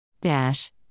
dash